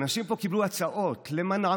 אנשים פה קיבלו הצעות למנעמים,